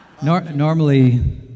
Normally